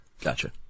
Gotcha